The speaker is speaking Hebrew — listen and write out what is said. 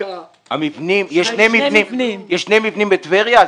יש שני מבנים בטבריה?